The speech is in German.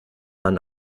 man